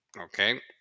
Okay